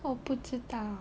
我不知道